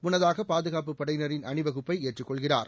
முன்னதாக பாதுகாப்புப் படையினரின் அணிவகுப்பை ஏற்றுக் கொள்கிறார்